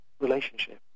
relationship